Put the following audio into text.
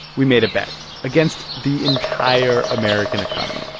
we made a bet against the entire american economy.